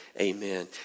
Amen